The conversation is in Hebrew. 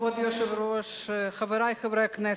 כבוד היושב-ראש, חברי חברי הכנסת,